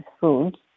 foods